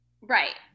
Right